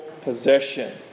possession